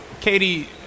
katie